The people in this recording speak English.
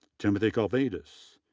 timothy kalvaitis,